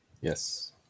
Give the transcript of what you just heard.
Yes